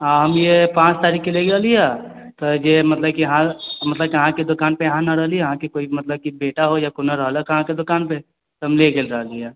हॅं हम ये पाँच तारीख के ले गेलियै हय फेर जे मतलब कि हॅं मतलब कि अहाँ के दोकान के पर अहाँ न रहली अहाँ के कोइ मतलब कि बेटा हो या कोइ न रहलक हँ दोकान पर तब हम ले गेल बा